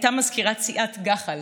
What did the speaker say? הייתה מזכירת סיעת גח"ל,